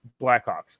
Blackhawks